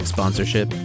Sponsorship